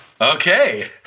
Okay